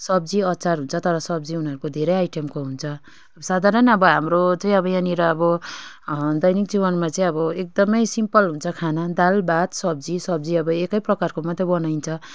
सब्जी अचार हुन्छ तर सब्जी उनीहरूको धेरै आइटमको हुन्छ साधारण अब हाम्रो चाहिँ अब यहाँनिर अब दैनिक जीवनमा चाहिँ अब एकदमै सिम्पल हुन्छ खाना दाल भात सब्जी सब्जी अब एकै प्रकारको मात्रै बनाइन्छ